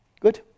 good